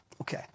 Okay